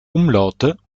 umlaute